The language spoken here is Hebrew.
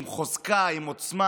עם חוזקה ועם עוצמה,